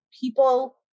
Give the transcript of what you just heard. people